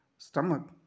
stomach